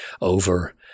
over